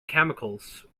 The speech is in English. chemicals